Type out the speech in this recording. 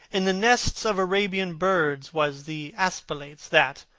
in the nests of arabian birds was the aspilates, that,